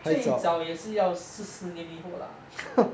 最早也是要四十年以后 lah